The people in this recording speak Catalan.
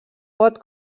pot